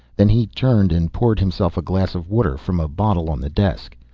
then he turned and poured himself a glass of water from a bottle on the desk.